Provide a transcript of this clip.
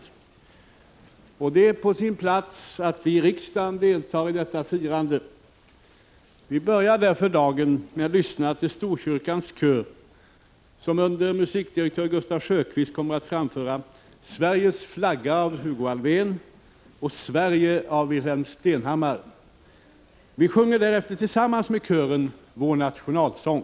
Det är på sin plats att vi i riksdagen deltar i detta firande. Vi börjar därför dagen med att lyssna till Storkyrkans kör, som under ledning av musikdirektör Gustaf Sjökvist kommer att framföra ”Sveriges flagga” av Hugo Alfvén och ”Sverige” av Wilhelm Stenhammar. Vi sjunger därefter tillsammans med kören vår nationalsång.